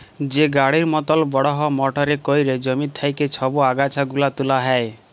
যে গাড়ির মতল বড়হ মটরে ক্যইরে জমি থ্যাইকে ছব আগাছা গুলা তুলা হ্যয়